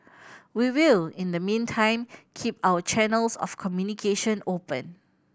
we will in the meantime keep our channels of communication open